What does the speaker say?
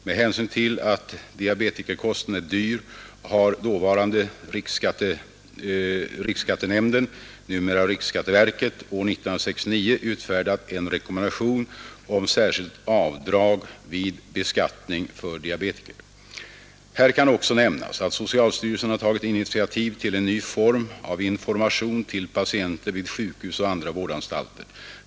Med hänsyn till att diabetikerkosten är dyr har dåvarande riksskattenämnden — numera riksskatteverket — år 1969 utfärdat en rekommendation om särskilt avdrag vid beskattningen för diabetiker. Här kan också nämnas, att socialstyrelsen har tagit initiativ till en ny form av information till patienter vid sjukhus och andra vårdanstalter.